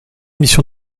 mission